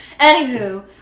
Anywho